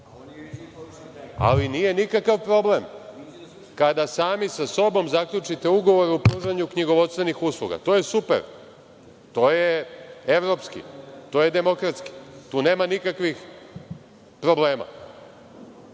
ali nije nikakav problem kada sami sa sobom zaključite ugovor o pružanju knjigovodstvenih usluga. To je super. To je evropski, to je demokratski. Tu nema nikakvih problema. Kada